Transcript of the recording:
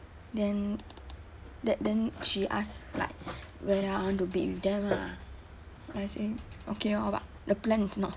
then then then she ask like whether I want to bid with them lah then I say okay orh but the plan is not